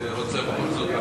אני רוצה בכל זאת,